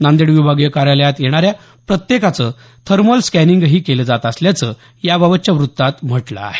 नांदेड विभागीय कार्यालयात येणाऱ्या प्रत्येकाचं थर्मल स्कँनिंगही केलं जात असल्याचं याबाबतच्या वृत्तात म्हटलं आहे